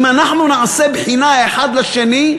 אם אנחנו נעשה בחינה אחד לשני,